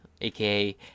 AKA